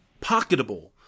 pocketable